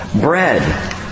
bread